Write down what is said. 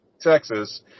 Texas